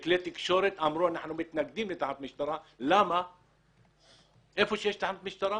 בכל התקשורת אמרו שהם מתנגדים לתחנות משטרה כי היכן שיש תחנת משטרה,